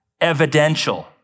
evidential